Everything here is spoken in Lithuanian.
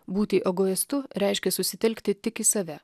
būti egoistu reiškia susitelkti tik į save